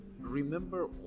remember